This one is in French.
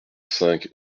cinq